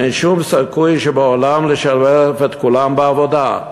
אין שום סיכוי שבעולם לשלב את כולם בעבודה.